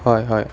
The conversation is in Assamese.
হয় হয়